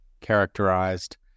characterized